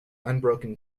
unbroken